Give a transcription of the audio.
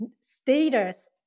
status